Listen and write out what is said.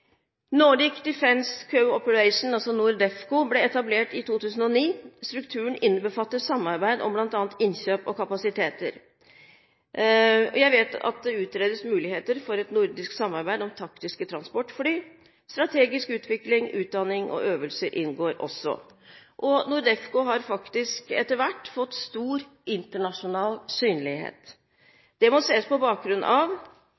NORDEFCO – ble etablert i 2009. Strukturen innbefatter samarbeid om bl.a. innkjøp og kapasiteter. Jeg vet at det utredes muligheter for et nordisk samarbeid om taktiske transportfly. Strategisk utvikling, utdanning og øvelse inngår også. NORDEFCO har faktisk etter hvert fått stor internasjonal synlighet. Det må ses på bakgrunn av